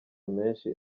menshi